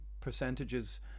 percentages